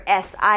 SI